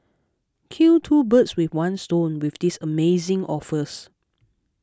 kill two birds with one stone with these amazing offers